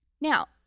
Now